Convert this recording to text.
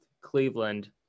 Cleveland